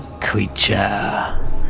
creature